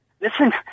Listen